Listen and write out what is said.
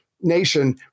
nation